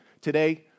Today